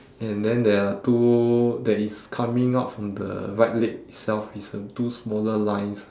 and then there are two that is coming out from the right leg itself it's uh two smaller lines